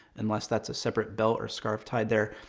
unless that's a separate belt or scarf tied there.